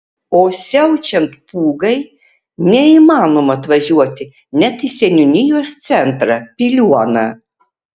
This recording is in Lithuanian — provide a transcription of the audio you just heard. o siaučiant pūgai neįmanoma atvažiuoti net į seniūnijos centrą piliuoną